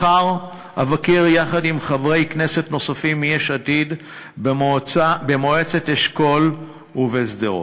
מחר אבקר יחד עם חברי כנסת נוספים מיש עתיד במועצת אשכול ובשדרות.